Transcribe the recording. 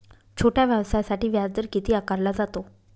छोट्या व्यवसायासाठी व्याजदर किती आकारला जातो?